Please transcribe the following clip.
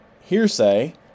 hearsay